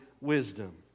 wisdom